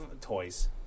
toys